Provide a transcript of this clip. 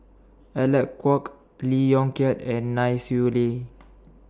Alec Kuok Lee Yong Kiat and Nai Swee Leng